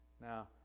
now